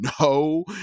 no